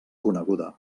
coneguda